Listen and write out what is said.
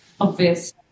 obvious